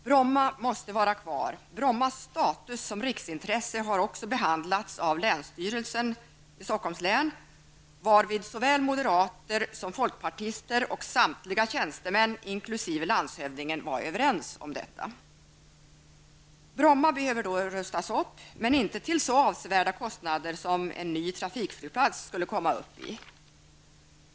Bromma måste vara kvar. Brommas status som riksintresse har också behandlats av länsstyrelsen i Stockholms län, varvid såväl moderater som folkpartister och samtliga tjänstemän inkl. landshövdingen var överens om detta. Bromma behöver dock rustas upp, men det drar inte så stora kostnader som en ny trafikflygplats skulle komma upp i.